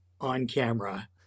on-camera